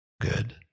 Good